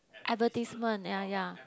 advertisement ya ya